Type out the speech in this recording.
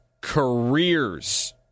careers